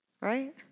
Right